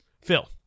Phil